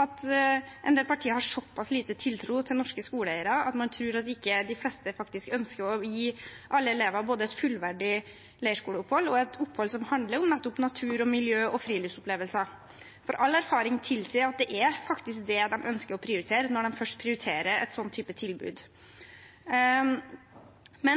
at en del partier har såpass liten tiltro til norske skoleeiere at man tror at ikke de fleste faktisk ønsker å gi alle elevene både et fullverdig leirskoleopphold og et opphold som handler om nettopp natur, miljø og friluftsopplevelser. All erfaring tilsier at det faktisk er det de ønsker å prioritere når de først prioriterer en sånn type tilbud. Jeg